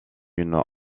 une